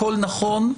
הכל נכון,